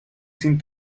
sin